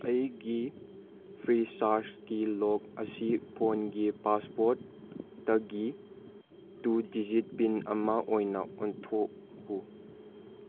ꯑꯩꯒꯤ ꯐ꯭ꯔꯤ ꯔꯤꯆꯥꯔꯖꯒꯤ ꯂꯣꯛ ꯑꯁꯤ ꯐꯣꯟꯒꯤ ꯄꯥꯁꯋꯥꯔꯠꯇꯒꯤ ꯇꯨ ꯗꯤꯖꯤꯠ ꯄꯤꯟ ꯑꯃ ꯑꯣꯏꯅ ꯑꯣꯟꯊꯣꯛꯎ